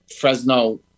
Fresno